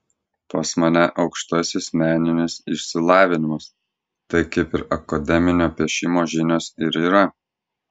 pas mane aukštasis meninis išsilavinimas tai kaip ir akademinio piešimo žinios ir yra